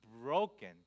broken